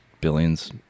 billions